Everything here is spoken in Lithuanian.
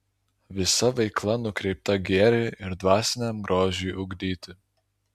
visa veikla nukreipta gėriui ir dvasiniam grožiui ugdyti